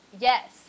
yes